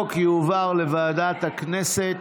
החוק יועבר לוועדת הכנסת.